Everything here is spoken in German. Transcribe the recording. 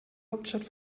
hauptstadt